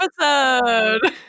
episode